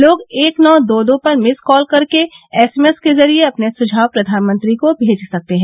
लोग एक नौ दो दो पर मिस कॉल कर एसएमएस के जरिए अपने सुझाव प्रधानमंत्री को भेज सकते हैं